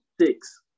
six